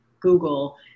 Google